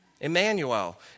Emmanuel